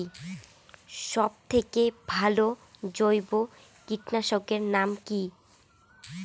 সব থেকে ভালো জৈব কীটনাশক এর নাম কি?